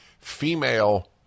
female